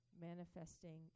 manifesting